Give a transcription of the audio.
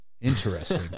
Interesting